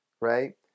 right